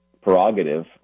prerogative